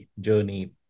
journey